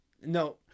no